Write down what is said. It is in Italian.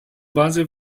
base